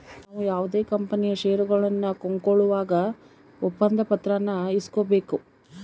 ನಾವು ಯಾವುದೇ ಕಂಪನಿಯ ಷೇರುಗಳನ್ನ ಕೊಂಕೊಳ್ಳುವಾಗ ಒಪ್ಪಂದ ಪತ್ರಾನ ಇಸ್ಕೊಬೇಕು